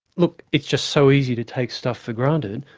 look, it's just so easy to take stuff for granted,